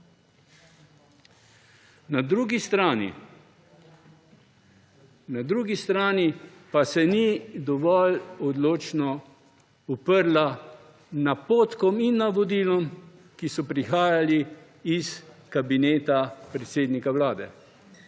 Na drugi strani pa se ni dovolj odločno uprla napotkom in navodilom, ki so prihajali iz Kabineta predsednika Vlade.